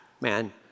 Man